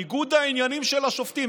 על ניגוד העניינים של השופטים.